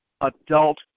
adult